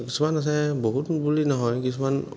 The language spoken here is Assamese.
কিছুমান আছে বহুত বুলি নহয় কিছুমান